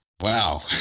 Wow